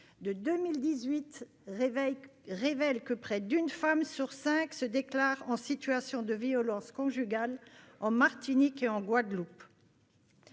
de 2018 révèle que près d'une femme sur cinq se déclare en situation de violences conjugales en Martinique et en Guadeloupe.